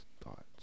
thoughts